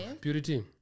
Purity